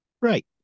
Right